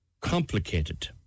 complicated